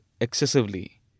excessively